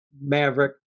Maverick